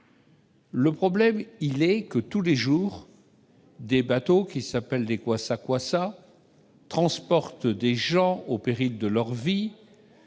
Le problème, c'est que tous les jours des bateaux appelés kwassa-kwassa transportent des gens, au péril de leur vie,